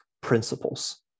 principles